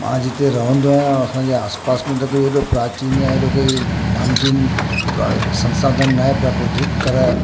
मां जिते रहंदो आहियां असांजे आसपासि में त कोई हेॾो प्राचीन या हेॾो कोई नामचीन पर संसाधन न आहे प्राकृतिक पर